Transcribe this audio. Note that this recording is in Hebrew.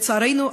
לצערנו,